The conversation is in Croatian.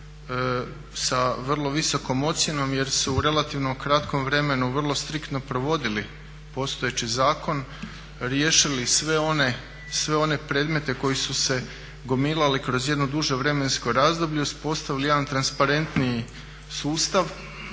sa vrlo visokom ocjenom jer su u relativnom kratkom vremenu vrlo striktno provodili postojeći zakon, riješili sve one predmete koji su se gomilali kroz jedno duže vremensko razdoblje, uspostavili jedan transparentniji sustav